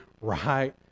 right